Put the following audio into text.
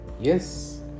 Yes